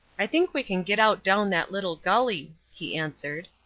i think we can get out down that little gully, he answered.